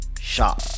shop